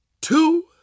two